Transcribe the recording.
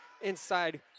Inside